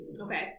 Okay